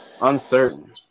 Uncertain